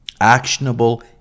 Actionable